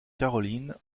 caroline